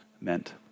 meant